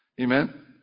Amen